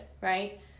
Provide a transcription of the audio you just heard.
right